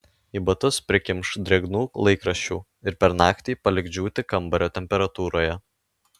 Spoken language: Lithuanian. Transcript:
į batus prikimšk drėgnų laikraščių ir per naktį palik džiūti kambario temperatūroje